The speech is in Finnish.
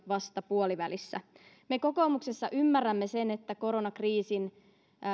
vasta puolivälissä me kokoomuksessa ymmärrämme sen että koronakriisin